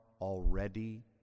already